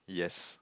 yes